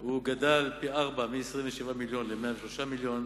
גדל פי-ארבעה, מ-27 מיליון ל-103 מיליון.